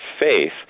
faith